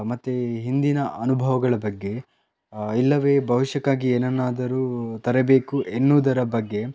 ಮತ್ತು ಹಿಂದಿನ ಅನುಭವಗಳ ಬಗ್ಗೆ ಇಲ್ಲವೆ ಭವಿಷ್ಯಕ್ಕಾಗಿ ಏನನ್ನಾದರೂ ತರಬೇಕು ಎನ್ನುವುದರ ಬಗ್ಗೆ